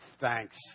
thanks